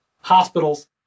hospitals